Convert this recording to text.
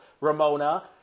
Ramona